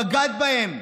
בגד בהם,